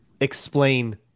explain